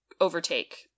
overtake